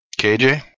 kj